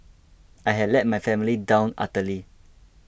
I had let my family down utterly